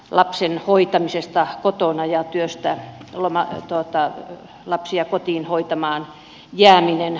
lapsen hoitamisesta kotona ja työstä ilman tuota lapsia kotiin hoitamaan jääminen